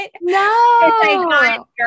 No